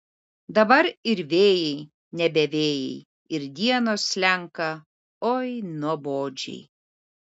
dabar ir vėjai nebe vėjai ir dienos slenka oi nuobodžiai